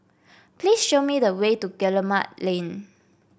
please show me the way to Guillemard Lane